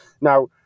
now